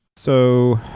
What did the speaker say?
so,